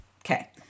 Okay